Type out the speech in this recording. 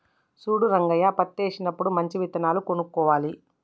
చూడు రంగయ్య పత్తేసినప్పుడు మంచి విత్తనాలు కొనుక్కోవాలి